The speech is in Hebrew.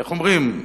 איך אומרים,